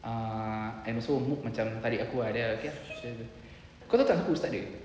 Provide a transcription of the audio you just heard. ah M_S_O macam tarik aku ah then okay ah kau tahu tak siapa ustaz dia